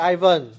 Ivan